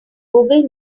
google